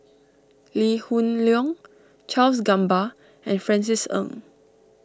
Lee Hoon Leong Charles Gamba and Francis Ng